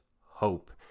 hope